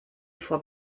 vor